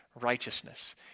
righteousness